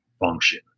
function